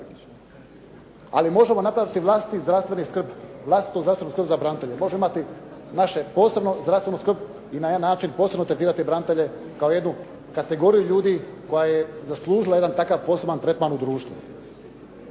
Ali možemo napraviti vlastitu zdravstvenu skrb za branitelje, možemo imati našu osobnu zdravstvenu skrb i na ovaj način posebno tretirati branitelje kao jednu kategoriju ljudi koja je zaslužila jedan takav poseban tretman u društvu.